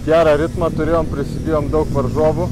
gerą ritmą turėjom prisidėjom daug varžovų